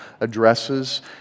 addresses